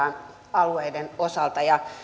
alueiden osalta ja